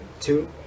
two